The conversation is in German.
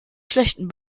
schlechten